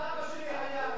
אבא שלי היה,